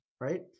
right